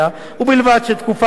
ובלבד שתקופה זו,